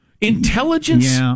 Intelligence